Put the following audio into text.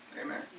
Amen